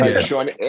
Sean